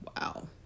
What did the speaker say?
Wow